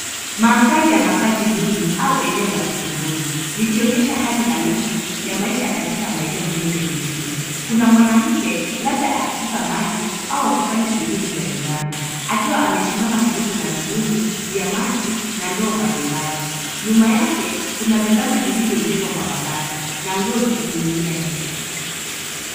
Mandhari ya makazi duni au eneo la kitongoji likionyesha hali halisi ya maisha katika maeneo mengi ya mjini. Kuna mwanamke labda akichota maji au wakifanya shughuli za nyumbani akiwa amesimama karibu vidumu vya maji na ndoo mbalimbali. Nyuma yake kuna vibanda vilivyojengwa kwa mabati na nguo zikining'inia nje.